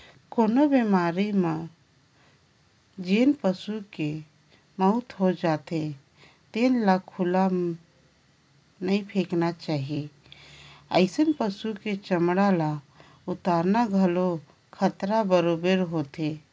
कोनो बेमारी म जेन पसू के मउत हो जाथे तेन ल खुल्ला नइ फेकना चाही, अइसन पसु के चमड़ा ल उतारना घलो खतरा बरोबेर होथे